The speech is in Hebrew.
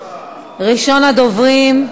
ראשון הדוברים,